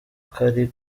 kari